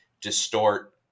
distort